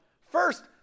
first